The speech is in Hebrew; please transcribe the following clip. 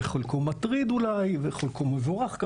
בחלקו מטריד אולי ובחלקו מבורך,